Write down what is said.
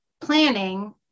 planning